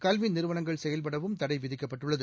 கல்வி நிறுவனங்கள் செயல்படவும் தடை விதிக்கப்பட்டுள்ளது